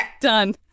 Done